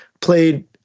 played